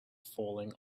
falling